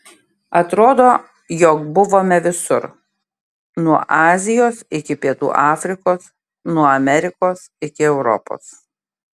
atrodo jog buvome visur nuo azijos iki pietų afrikos nuo amerikos iki europos